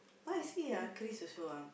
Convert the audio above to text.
but you see ah Chris also ah